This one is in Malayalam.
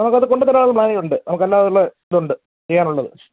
നമുക്കത് കൊണ്ട് തരാനുള്ള പ്ലാനിങ്ങുണ്ട് നമുക്ക് നല്ല നല്ല ഇതുണ്ട് ചെയ്യാറുണ്ട് അത്